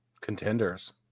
Contenders